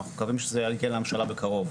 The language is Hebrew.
ואנחנו מקווים שזה יגיע לממשלה בקרוב.